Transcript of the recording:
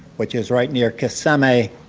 which is right near kissimmee,